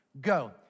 Go